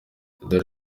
rero